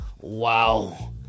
Wow